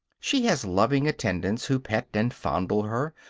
she has loving attendants who pet and fondle her,